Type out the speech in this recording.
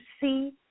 see